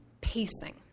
pacing